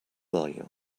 value